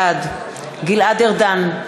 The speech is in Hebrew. בעד גלעד ארדן,